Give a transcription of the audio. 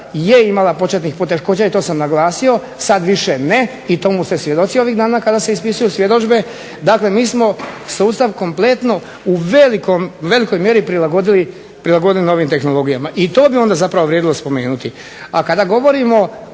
je imala početnih poteškoća i to sam naglasio, sada više ne i tomu ste svjedoci ovih dana kada se ispisuju svjedodžbe. Dakle, mi smo sustav kompletno u velikoj mjeri prilagodili novim tehnologijama. I to bi onda vrijedilo spomenuti. A kada govorimo